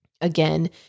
again